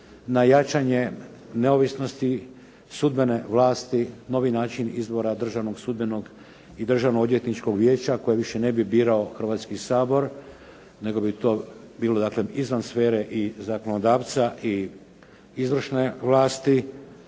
na jačanje neovisnosti sudbene vlasti, novi način izbora Državnog sudbenog i Državnog odvjetničkog vijeća koje više ne bi birao Hrvatski sabor nego bi to bilo dakle izvan sfere i zakonodavca i izvršne vlasti,